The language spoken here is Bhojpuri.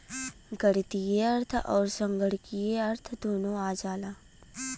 गणीतीय अर्थ अउर संगणकीय अर्थ दुन्नो आ जाला